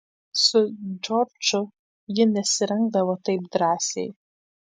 su džordžu ji nesirengdavo taip drąsiai